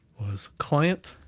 was client